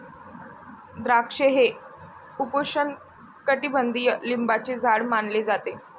द्राक्षे हे उपोष्णकटिबंधीय लिंबाचे झाड मानले जाते